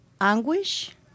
anguish